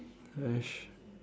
!hais!